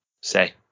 Say